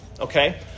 Okay